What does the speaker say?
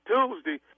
Tuesday